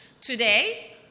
Today